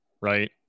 right